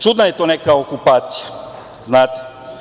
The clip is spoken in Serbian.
Čudan je to neka okupacija, znate.